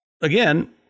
again